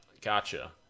gotcha